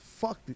fuck